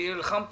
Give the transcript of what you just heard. אני נלחם פה,